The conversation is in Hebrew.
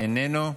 איננו.